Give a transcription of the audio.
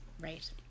Right